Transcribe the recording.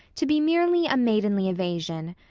to be merely a maidenly evasion.